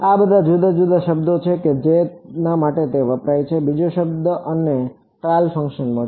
આ બધા જુદા જુદા શબ્દો છે જે તેના માટે વપરાય છે બીજો શબ્દ તમને ટ્રાયલ ફંક્શન મળશે